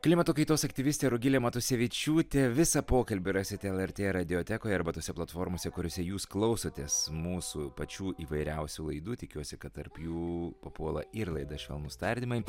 klimato kaitos aktyvistė rugilė matusevičiūtė visą pokalbį rasite lrt radiotekoj arba tose platformose kuriose jūs klausotės mūsų pačių įvairiausių laidų tikiuosi kad tarp jų papuola ir laida švelnūs tardymai